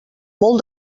molt